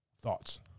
Thoughts